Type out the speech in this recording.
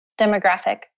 demographic